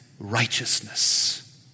Righteousness